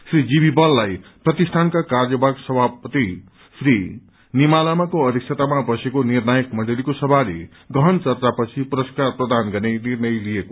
Shri G B बललाई प्रतिष्ठानका कार्यवाहक सभापति श्री निमा लामाको अध्यक्षतामा बसेको निर्णायक मण्डलीको सभाले गइन चर्चा पछि पुरस्कार प्रदान गर्ने निर्णय लियो